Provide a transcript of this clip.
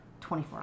24